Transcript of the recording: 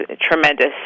tremendous